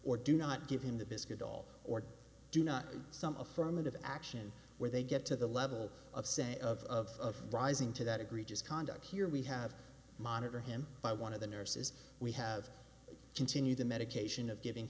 or do not give him the biscuit all or do not some affirmative action where they get to the level of say of rising to that egregious conduct here we have monitor him by one of the nurses we have continued the medication of giving